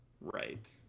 Right